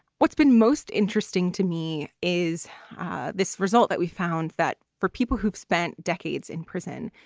what's been most interesting to me is this result that we found that for people who've spent decades in prison,